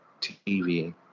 TV